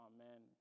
Amen